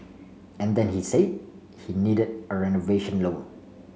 and then he said he needed a renovation loan